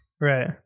Right